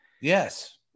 Yes